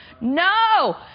No